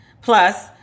Plus